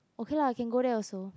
okay lah you can go there also